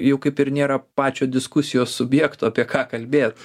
jau kaip ir nėra pačio diskusijos subjekto apie ką kalbėt